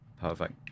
Perfect